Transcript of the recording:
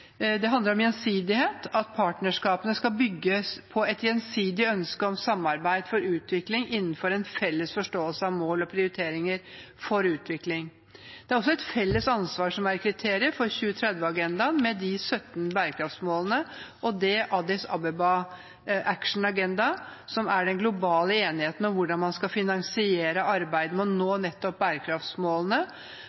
Det handler om gjensidighet – at partnerskapene skal bygges på et gjensidig ønske om samarbeid for utvikling innenfor en felles forståelse av mål og prioriteringer for utvikling. Det er også et felles ansvar som er kriteriet for 2030-agendaen med de 17 bærekraftsmålene og The Addis Ababa Action Agenda, som er den globale enigheten om hvordan man skal finansiere arbeidet med å nå